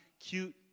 cute